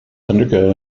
undergo